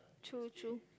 true true